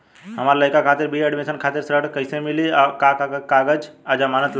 हमार लइका खातिर बी.ए एडमिशन खातिर ऋण कइसे मिली और का का कागज आ जमानत लागी?